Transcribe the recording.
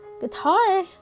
Guitar